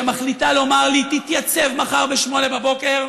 שמחליטה לומר לי: תתייצב מחר ב-08:00